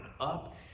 up